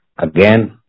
again